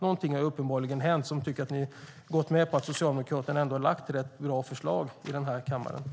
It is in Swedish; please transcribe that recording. Något har uppenbarligen hänt eftersom ni nu gått med på att Socialdemokraterna lade fram bra förslag i kammaren i denna fråga.